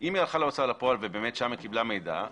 אם היא הלכה להוצאה לפועל ובאמת שם היא קיבלה מידע,